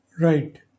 Right